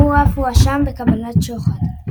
והוא אף הואשם בקבלת שוחד.